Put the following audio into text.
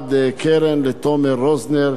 לגלעד קרן, לתומר רוזנר,